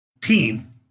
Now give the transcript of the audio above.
team